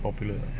popular